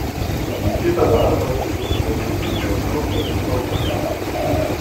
į kitą darbą eičiau galbūt tik dėl to kad algą gaučiau